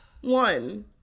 one